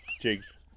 Jigs